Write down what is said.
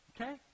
Okay